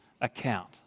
account